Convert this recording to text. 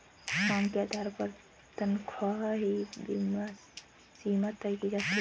काम के आधार पर तन्ख्वाह की सीमा तय की जाती है